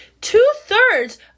Two-thirds